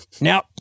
Now